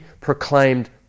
proclaimed